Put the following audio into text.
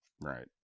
right